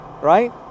right